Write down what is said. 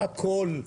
אנחנו יודעים הכול.